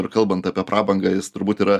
ir kalbant apie prabangą jis turbūt yra